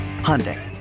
Hyundai